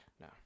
No